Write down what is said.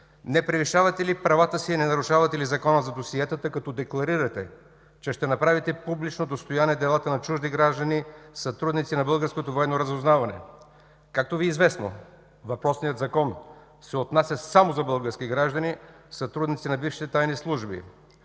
не превишавате ли правата си и не нарушавате ли Закона за досиетата, като декларирате, че ще направите публично достояние делата на чужди граждани – сътрудници на българското Военно разузнаване? Както Ви е известно, въпросният Закон се отнася само за български граждани – сътрудници на бившите тайни служби.